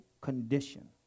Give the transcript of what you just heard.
condition